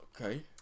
okay